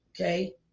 okay